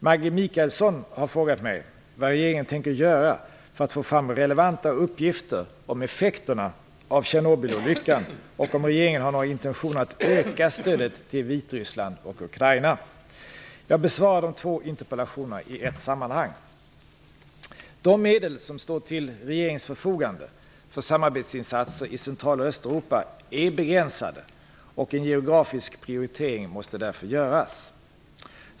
Maggi Mikaelsson har frågat mig vad regeringen tänker göra för att få fram relevanta uppgifter om effekterna av Tjernobylolyckan och om regeringen har några intentioner att öka stödet till Vitryssland och Ukraina. Jag besvarar de två interpellationerna i ett sammanhang. De medel som står till regeringens förfogande för samarbetsinsatser i Central och Östeuropa är begränsade, och en geografisk prioritering måste därför göras.